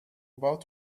about